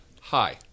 hi